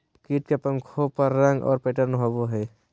कीट के पंखों पर रंग और पैटर्न होबो हइ